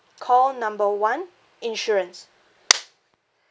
call number one insurance